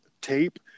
tape